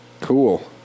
cool